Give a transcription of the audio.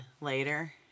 later